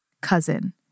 cousin